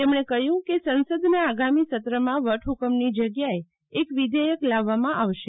તેમણે કહ્યું કે સંસદના આગામી સત્રમાં વટહુકમની જગ્યાએ એક વિધેયક લાવવામાં આવશે